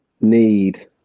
need